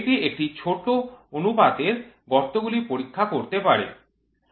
এটি ছোট অনুপাতের গর্তগুলি পরীক্ষা করতে পারে